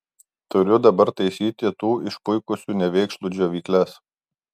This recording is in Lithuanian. turiu dabar taisyti tų išpuikusių nevėkšlų džiovykles